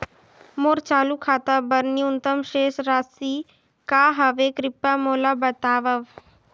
मोर चालू खाता बर न्यूनतम शेष राशि का हवे, कृपया मोला बतावव